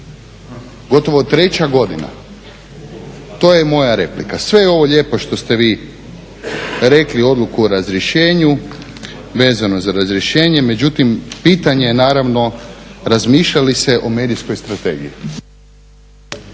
Gotovo treća godina to je moja replika. Sve je ovo lijepo što ste vi rekli odluku o razrješenje, vezano za razrješenje, međutim pitanje je naravno razmišljali se o medijskoj strategiji?